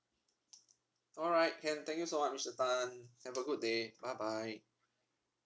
alright can thank you so much mister tan have a good day bye bye